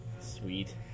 Sweet